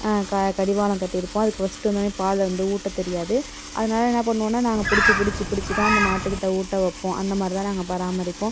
க கடிவாளம் கட்டியிருப்போம் அதுக்கு ஃபர்ஸ்ட்டு வந்தோடன்னே பாலை வந்து ஊட்டத் தெரியாது அதனால என்ன பண்ணுவோம்னா நாங்கள் பிடிச்சி பிடிச்சி பிடிச்சி தான் அந்த மாட்டுக்கிட்ட ஊட்ட வைப்போம் அந்தமாதிரி தான் நாங்கள் பராமரிப்போம்